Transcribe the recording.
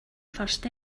first